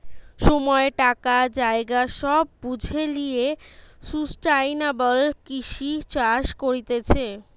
সময়, টাকা, জায়গা সব বুঝে লিয়ে সুস্টাইনাবল কৃষি চাষ করতিছে